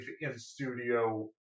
in-studio